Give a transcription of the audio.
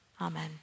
Amen